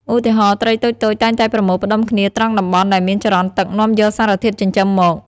ឧទាហរណ៍ ត្រីតូចៗតែងតែប្រមូលផ្តុំគ្នាត្រង់តំបន់ដែលមានចរន្តទឹកនាំយកសារធាតុចិញ្ចឹមមក។